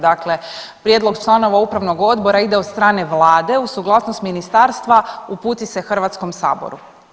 Dakle, prijedlog članova upravnog odbora ide od strane vlade uz suglasnost ministarstva uputi se Hrvatskom saboru.